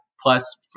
plus